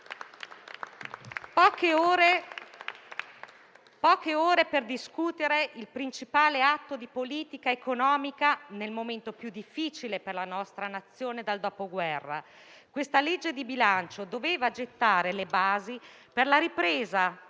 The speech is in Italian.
poche ore per discutere il principale atto di politica economica, nel momento più difficile per la nostra Nazione dal dopoguerra. Questa legge di bilancio doveva gettare le basi per la ripresa